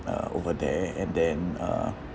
uh over there and then uh